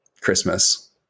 Christmas